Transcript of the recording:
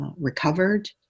recovered